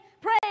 pray